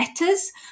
letters